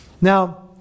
Now